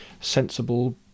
sensible